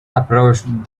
approached